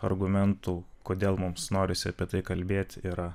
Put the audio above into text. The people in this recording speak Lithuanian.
argumentų kodėl mums norisi apie tai kalbėti yra